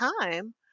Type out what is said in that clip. time